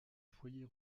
foyer